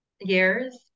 years